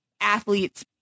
athletes